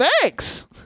Thanks